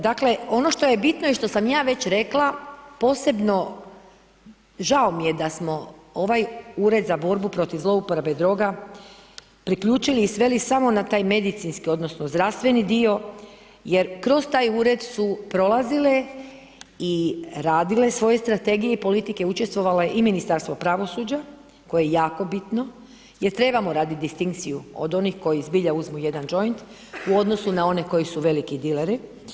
Dakle, ono što je bitno i što sam ja već rekla, posebno, žao mi je da smo ovaj Ured za borbu protiv zlouporabe i droga priključili i sveli samo na taj medicinski, odnosno zdravstveni dio, jer kroz taj ured su prolazile i radile svoje strategije i politike, učestvovalo je i Ministarstvo pravosuđa koje je jako bitno, jer trebamo raditi distinkciju, od onih koji zbilja uzmu 1 džoint, u odnosu na one koji su veliki dileri.